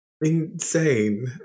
insane